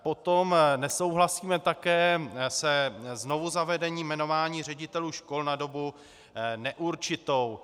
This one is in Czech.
Potom nesouhlasíme také se znovuzavedením jmenování ředitelů škol na dobu neurčitou.